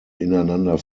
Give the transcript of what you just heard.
ineinander